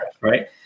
Right